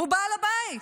הוא בעל הבית.